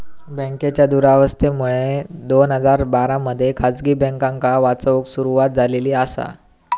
बँकांच्या दुरावस्थेमुळे दोन हजार बारा मध्ये खासगी बँकांका वाचवूक सुरवात झालेली आसा